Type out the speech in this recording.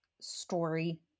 story